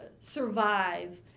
survive